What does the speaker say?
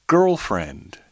Girlfriend